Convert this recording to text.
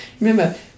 Remember